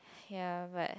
ya but